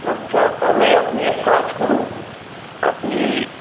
আচ্ছা তাহলে আপনি এক কাজ করুন আপনি